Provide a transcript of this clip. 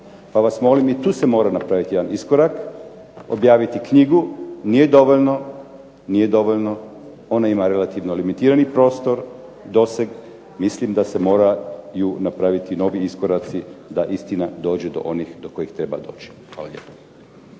Pa vas molim i tu se mora napraviti jedan iskorak, objaviti knjigu. Nije dovoljno, ona ima relativno limitirani prostor, doseg. Mislim da se moraju napraviti novi iskoraci da istina dođe do onih do kojih treba doći. Hvala lijepo.